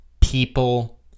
people